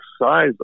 size